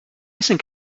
think